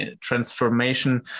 transformation